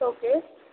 okay